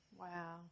Wow